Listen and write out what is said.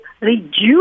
reduce